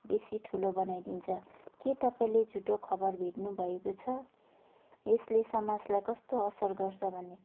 बेसी ठुलो बनाइदिन्छ के तपाईँले झुटो खबर भेट्नु भएको छ यसले समाजलाई कस्तो असर गर्छ भने